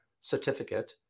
certificate